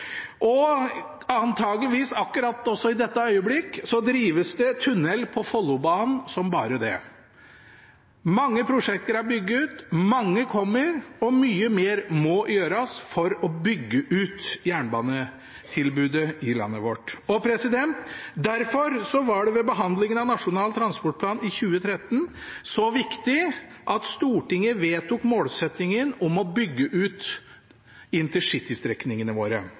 Og antakeligvis akkurat også i dette øyeblikk drives det tunnel på Follobanen som bare det. Mange prosjekter er bygget, mange kommer, og mye mer må gjøres for å bygge ut jernbanetilbudet i landet vårt. Derfor var det ved behandlingen av Nasjonal transportplan i 2013 så viktig at Stortinget vedtok målsettingen om å bygge ut intercitystrekningene våre.